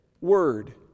word